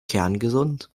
kerngesund